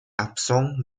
absents